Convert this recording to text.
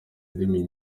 indimi